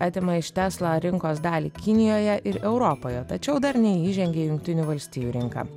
atima iš tesla rinkos dalį kinijoje ir europoje tačiau dar neįžengė į jungtinių valstijų rinką